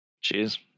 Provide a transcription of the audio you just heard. Cheers